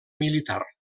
militar